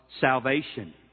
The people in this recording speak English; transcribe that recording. salvation